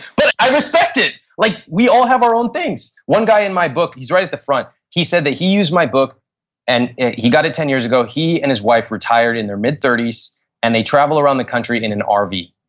but i respect it. like we all have our own things. one guy in my book, he's right at the front. he said that he used my book and he got it ten years ago, he and his wife retired in their mid-thirties and they travel around the country in an ah rv.